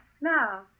Now